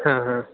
हां हां